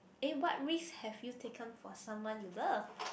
eh what risk have you taken for someone you love